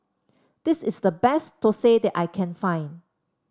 this is the best thosai that I can find